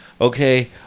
Okay